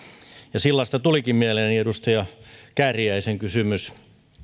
sillasta tulikin mieleeni edustaja kääriäisen kysymys